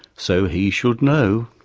so he should know.